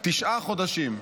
תשעה חודשים,